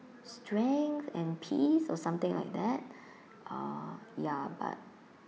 strength and peace or something like that ah ya but